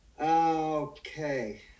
okay